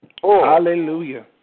Hallelujah